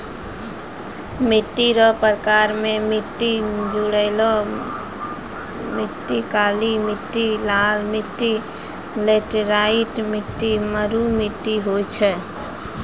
मिट्टी रो प्रकार मे मट्टी जड़ोल मट्टी, काली मट्टी, लाल मट्टी, लैटराईट मट्टी, मरु मट्टी होय छै